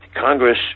Congress